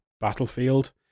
Battlefield